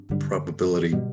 probability